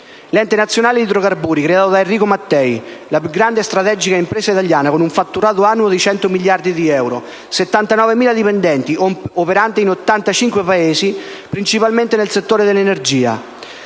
L'Ente nazionale idrocarburi, creato da Enrico Mattei, è la più grande e strategica impresa italiana, con un fatturato annuo di 100 miliardi di euro, 79.000 dipendenti, operante in 85 Paesi principalmente nel settore dell'energia.